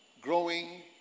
growing